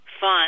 fun